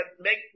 make